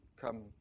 come